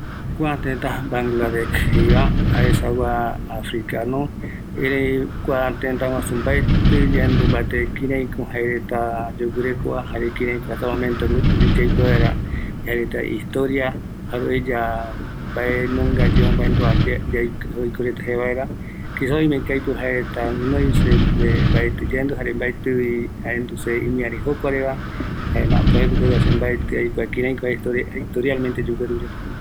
Banglade, jaendipo africa, mbaetï yaikua mbate, kïraïko jaereta yogueru yoguireko añavë oiko reta rämi, oïmeko aipo yaikua jaereta kïraï arakae guivema yogueru yoguireko reta, jare mbaetɨ yaikuava